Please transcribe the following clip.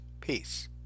Peace